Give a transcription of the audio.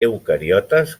eucariotes